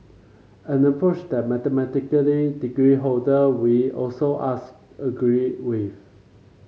an approach that a mathematic degree holder we also asked agree with